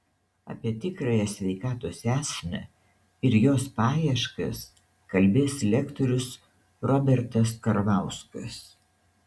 apie tikrąją sveikatos esmę ir jos paieškas kalbės lektorius robertas karvauskas